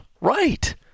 Right